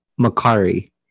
Makari